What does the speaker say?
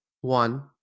one